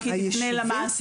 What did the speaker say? רק היא תפנה למעסיק.